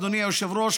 אדוני היושב-ראש,